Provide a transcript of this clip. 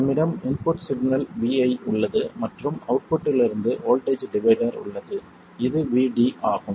நம்மிடம் input signal Vi உள்ளது மற்றும் அவுட்புட்டிலிருந்து வோல்ட்டேஜ் டிவைடர் உள்ளது இது Vd ஆகும்